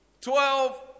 twelve